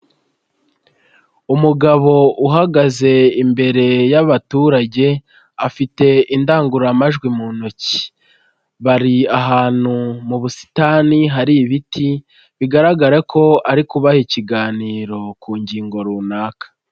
Umugabo uhagaze imbere y'abaturage afite indangururamajwi mu ntoki, bari ahantu mu busitani hari ibiti bigaragara ko ari kubabaha ikiganiro ku ngingo runaka.